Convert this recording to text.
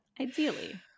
ideally